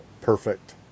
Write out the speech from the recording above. Perfect